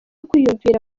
kwiyumvira